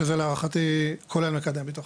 שזה להערכתי כולל מקדם ביטחון.